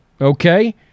Okay